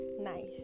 nice